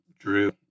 drew